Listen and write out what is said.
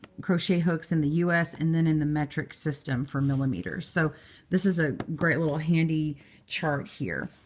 crochet hooks in the us and then in the metric system, for millimeters. so this is a great little handy chart here.